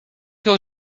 your